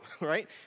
right